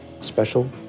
special